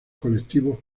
colectivos